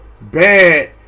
bad